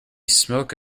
smoke